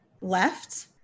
left